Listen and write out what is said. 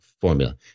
formula